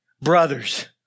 brothers